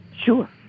Sure